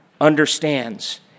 understands